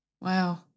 Wow